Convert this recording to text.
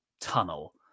tunnel